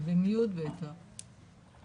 הבטחון בבקשה.